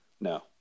No